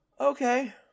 Okay